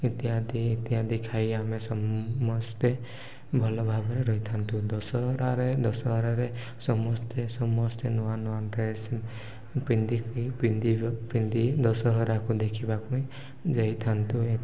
ଇତ୍ୟାଦି ଇତ୍ୟାଦି ଖାଇ ଆମେ ସମସ୍ତେ ଭଲ ଭାବରେ ରହିଥାନ୍ତୁ ଦଶହରାରେ ଦଶହରାରେ ସମସ୍ତେ ସମସ୍ତେ ନୂଆ ନୂଆ ଡ୍ରେସ୍ ପିନ୍ଧିକି ପିନ୍ଧି ପିନ୍ଧି ଦଶହରାକୁ ଦେଖିବାକୁ ଯାଇଥାନ୍ତୁ